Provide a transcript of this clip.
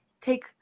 take